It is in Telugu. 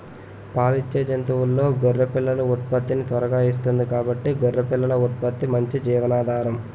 పాలిచ్చే జంతువుల్లో గొర్రె పిల్లలు ఉత్పత్తిని త్వరగా ఇస్తుంది కాబట్టి గొర్రె పిల్లల ఉత్పత్తి మంచి జీవనాధారం